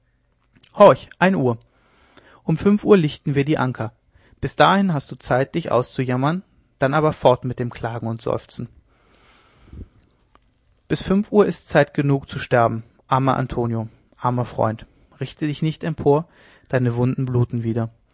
ein uhr um fünf uhr lichten wir die anker bis dahin hast du zeit dich auszujammern dann aber fort mit dem klagen und seufzen bis fünf uhr ist's zeit genug zu sterben armer antonio armer freund richte dich nicht empor deine wunden bluten wieder